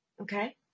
Okay